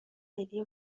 ملی